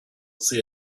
see